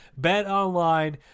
BetOnline